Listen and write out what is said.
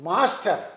Master